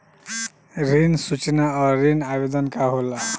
ऋण सूचना और ऋण आवेदन का होला?